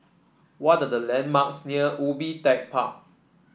what are the landmarks near Ubi Tech Park